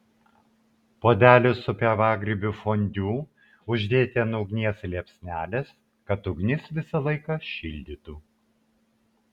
puodelį su pievagrybių fondiu uždėti ant ugnies liepsnelės kad ugnis visą laiką šildytų